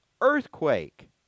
Earthquake